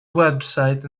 website